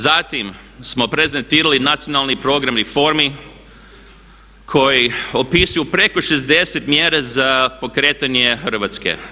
Zatim smo prezentirali nacionalni program reformi koji opisuje preko 60 mjera za pokretanje Hrvatske.